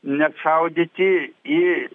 nešaudyti į